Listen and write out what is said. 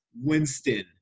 Winston